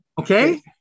Okay